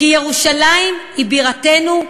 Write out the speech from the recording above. כי ירושלים היא בירתנו,